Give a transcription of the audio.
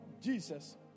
Jesus